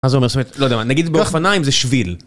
מה זה אומר סמית, לא יודע מה, נגיד באופניים זה שביל